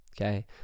okay